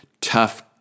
tough